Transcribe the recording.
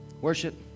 worship